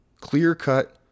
clear-cut